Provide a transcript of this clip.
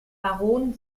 baron